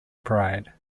pride